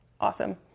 awesome